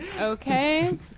Okay